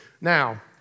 Now